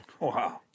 Wow